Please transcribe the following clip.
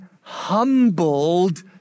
humbled